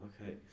okay